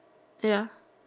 ya